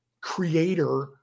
creator